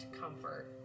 comfort